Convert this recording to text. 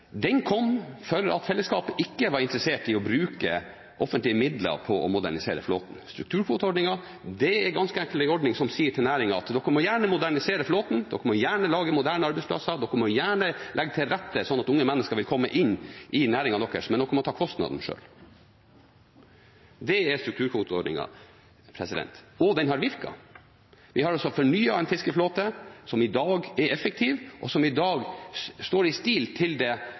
kom for at fellesskapet ikke var interessert i å bruke offentlige midler på å modernisere flåten. Strukturkvoteordningen er ganske enkelt en ordning som sier til næringen at dere må gjerne modernisere flåten, dere må gjerne lage moderne arbeidsplasser, dere må gjerne legge til rette sånn at unge mennesker vil komme inn i næringen deres, men dere må ta kostnaden selv. Det er strukturkvoteordningen – og den har virket. Vi har altså fornyet en fiskeflåte som i dag er effektiv, og som i dag står i stil til det